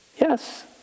Yes